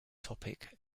topic